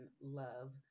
love